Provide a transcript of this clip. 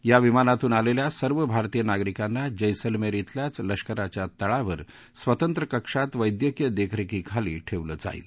या विमानातून आलेल्या सर्व भारतीय नागरिकांना जैसलमेर इथल्याच लष्कराच्या तळावर स्वतंत्र कक्षात वैद्यकीय देखरेखी खाली ठेवलं जाईल